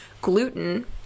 gluten